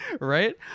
right